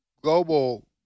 global